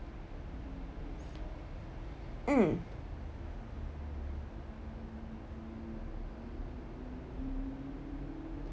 mm